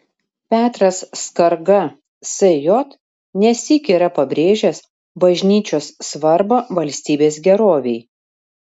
petras skarga sj ne sykį yra pabrėžęs bažnyčios svarbą valstybės gerovei